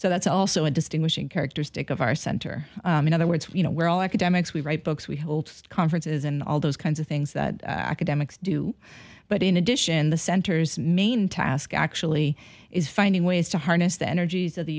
so that's also a distinguishing characteristic of our center in other words you know we're all academics we write books we hold conferences and all those kinds of things that academics do but in addition the center's main task actually is finding ways to harness the energies of the